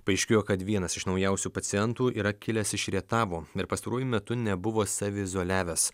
paaiškėjo kad vienas iš naujausių pacientų yra kilęs iš rietavo ir pastaruoju metu nebuvo saviizoliavęs